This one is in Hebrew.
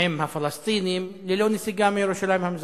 עם הפלסטינים ללא נסיגה מירושלים המזרחית.